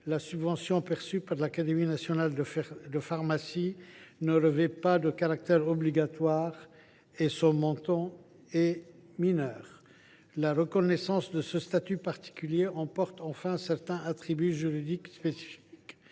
la subvention perçue par l’Académie nationale de pharmacie ne revêt pas de caractère obligatoire, et son montant est mineur. La reconnaissance de ce statut particulier emporte enfin certains attributs juridiques spécifiques,